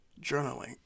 journaling